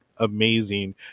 Amazing